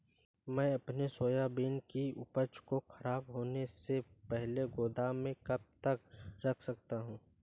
मैं अपनी सोयाबीन की उपज को ख़राब होने से पहले गोदाम में कब तक रख सकता हूँ?